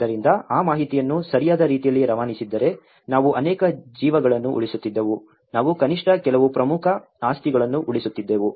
ಆದ್ದರಿಂದ ಆ ಮಾಹಿತಿಯನ್ನು ಸರಿಯಾದ ರೀತಿಯಲ್ಲಿ ರವಾನಿಸಿದ್ದರೆ ನಾವು ಅನೇಕ ಜೀವಗಳನ್ನು ಉಳಿಸುತ್ತಿದ್ದೆವು ನಾವು ಕನಿಷ್ಠ ಕೆಲವು ಪ್ರಮುಖ ಆಸ್ತಿಗಳನ್ನು ಉಳಿಸುತ್ತಿದ್ದೆವು